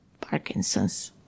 Parkinson's